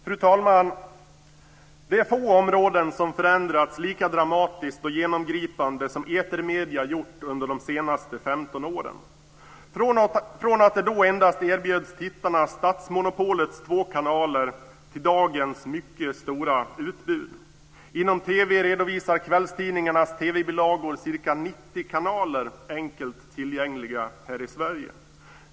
Fru talman! Det är få områden som förändrats lika dramatiskt och genomgripande som etermedierna gjort under de senaste 15 åren, från att tittarna då endast erbjöds statsmonopolets två kanaler till dagens mycket stora utbud. Inom TV redovisar kvällstidningarnas TV-bilagor ca 90 kanaler enkelt tillgängliga här i Sverige.